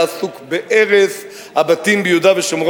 עסוק בהרס הבתים שם.